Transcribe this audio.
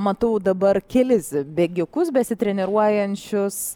matau dabar kelis bėgikus besitreniruojančius